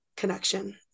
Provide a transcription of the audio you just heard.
connection